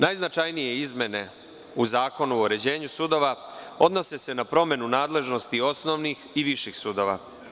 Najznačajnije izmene u Zakonu o uređenju sudova odnose se na promenu nadležnosti osnovnih i viših sudova.